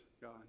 God